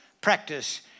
Practice